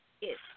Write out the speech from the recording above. Yes